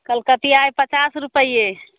कलकतिया अइ पचास रुपैये